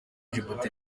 djibouti